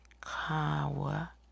kawa